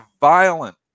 violent